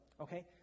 Okay